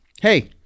Hey